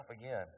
again